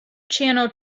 channel